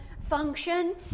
function